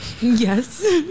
Yes